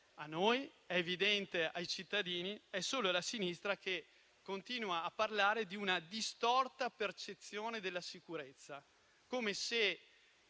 noi e ai cittadini, è solo la sinistra che continua a parlare di una distorta percezione della sicurezza, come se